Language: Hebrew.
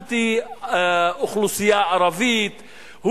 אנטי האוכלוסייה הערבית.